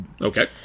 Okay